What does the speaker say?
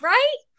Right